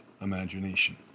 imagination